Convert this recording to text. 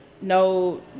No